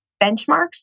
benchmarks